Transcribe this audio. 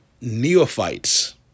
neophytes